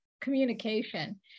communication